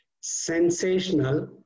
sensational